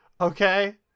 Okay